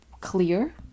clear